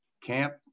Camp